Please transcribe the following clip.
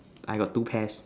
I got two pairs